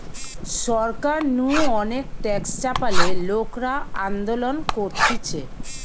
সরকার নু অনেক ট্যাক্স চাপালে লোকরা আন্দোলন করতিছে